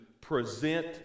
present